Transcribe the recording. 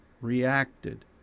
reacted